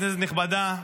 כנסת נכבדה,